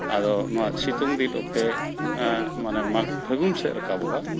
ᱟᱫᱚ ᱱᱚᱣᱟ ᱥᱤᱛᱩᱝ ᱫᱤᱱ ᱚᱠᱛᱮ ᱢᱟᱢᱱᱮ ᱢᱟᱜᱽᱼᱯᱷᱟᱹᱜᱩᱱ ᱥᱮᱡ ᱨᱟᱠᱟᱵᱚᱜᱼᱟ